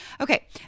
Okay